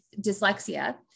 dyslexia